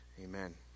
Amen